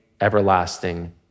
everlasting